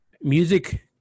music